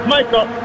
Michael